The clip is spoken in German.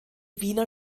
wiener